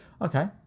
Okay